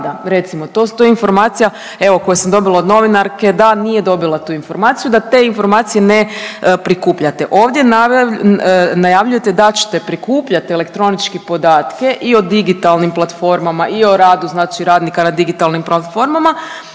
dobila od novinare …nije dobila tu informaciju da nije dobila tu informaciju, da te informacije ne prikupljate. Ovdje najavljujete da ćete prikupljat elektronične podatke i o digitalnim platformama i o radu znači radnika na digitalnim platformama,